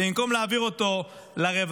ובמקום להעביר אותו לרווחה,